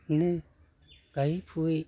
बिदिनो गायै फुयै